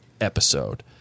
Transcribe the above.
episode